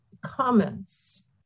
comments